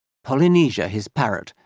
polynesia, his parrot,